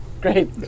Great